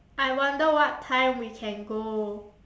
I wonder what time we can go